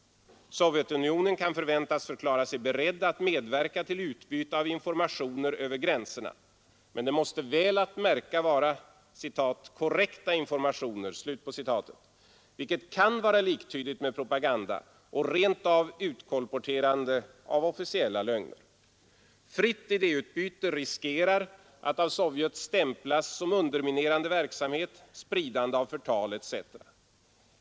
Sovjetunionen kan väntas förklara sig beredd att medverka till utbyte av informationer över gränserna. Men det måste, väl att märka, vara ”korrekta informationer”, vilket kan vara liktydigt med propaganda och rent av utkolporterande av officiella lögner. Fritt idéutbyte riskerar att av Sovjet stämplas som ”underminerande verksamhet”, ”spridande av förtal” etc.